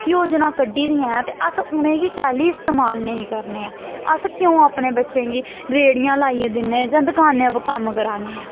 योजना कड्ढी दियां ते अस उ'नेंगी कैह्ल्ली इस्तेमाल नेईं करने आं अस क्यों अपने बच्चें गी रेह्ड़ियां लाइयै दिन्ने जां दकानें पर कम्म कराने आं